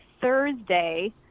Thursday